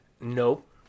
Nope